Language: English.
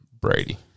Brady